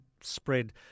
spread